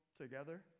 together